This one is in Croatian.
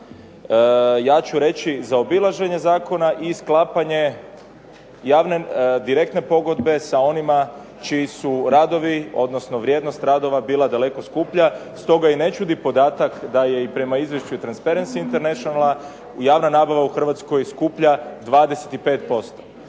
ja ću reći zaobilaženje zakona i sklapanje direktne pogodbe sa onima čiji su radovi, odnosno vrijednost radova bila daleko skuplja. Stoga i ne čudi podatak da je i prema izvješću Transparency internationala javna nabava u Hrvatskoj skuplja 25%.